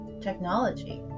technology